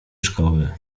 szkoły